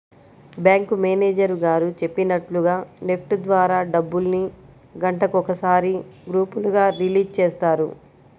bank manager గారు చెప్పినట్లుగా NEFT ద్వారా డబ్బుల్ని గంటకొకసారి గ్రూపులుగా రిలీజ్ చేస్తారు